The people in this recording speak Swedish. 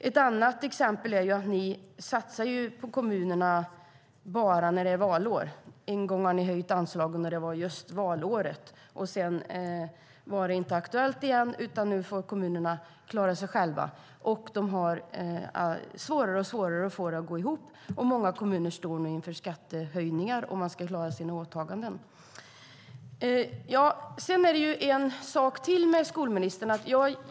Ett annat exempel är att ni bara satsar på kommunerna när det är valår. En gång har ni höjt anslagen, när det var just valår. Sedan var det inte aktuellt igen. Nu får kommunerna klara sig själva, och de har svårare och svårare att få det att gå ihop. Många kommuner står nu inför skattehöjningar om de ska klara sina åtaganden. Sedan är det en sak till med skolministern.